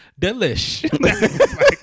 Delish